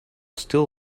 still